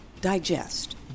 digest